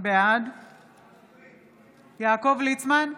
בעד יעקב ליצמן,